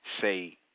say